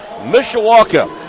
Mishawaka